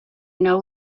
know